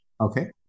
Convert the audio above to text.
Okay